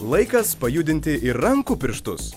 laikas pajudinti ir rankų pirštus